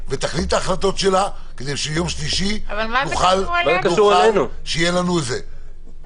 ותחליט את ההחלטות שלה כדי שביום שלישי נוכל שיהיה לנו זה.